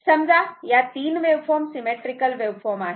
समजा या 3 waveform symmetrical waveform आहेत